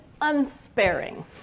unsparing